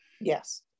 Yes